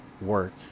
work